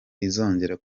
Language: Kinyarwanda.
izongera